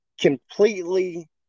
completely